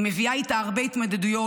היא מביאה איתה הרבה התמודדויות,